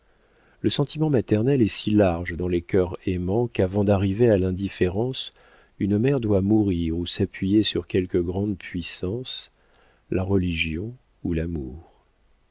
le sentiment maternel est si large dans les cœurs aimants qu'avant d'arriver à l'indifférence une mère doit mourir ou s'appuyer sur quelque grande puissance la religion ou l'amour